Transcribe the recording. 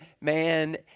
man